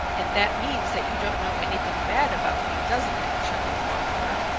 and that means that you don't know anything bad about me, doesn't it? chuckled wanderer.